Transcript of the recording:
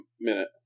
minute